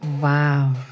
Wow